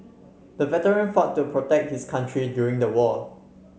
the veteran fought to protect his country during the war